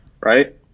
Right